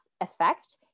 effect